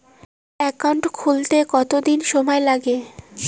Account খুলতে কতদিন সময় লাগে?